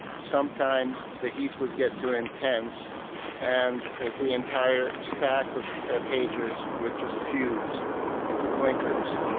sometimes the heat would get too intense and the entire stack of ah pages would just fuse into clinkers,